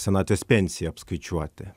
senatvės pensijai apskaičiuoti